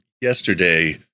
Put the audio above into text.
yesterday